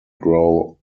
grow